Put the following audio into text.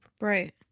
Right